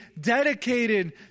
dedicated